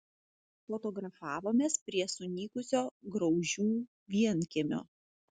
fotografavomės prie sunykusio graužių vienkiemio